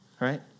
right